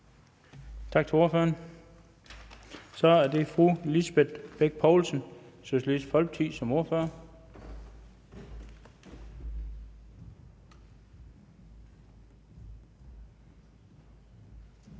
Tak til ordføreren. Så er det fru Lisbeth Bech Poulsen, Socialistisk Folkeparti, som ordfører.